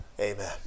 Amen